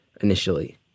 initially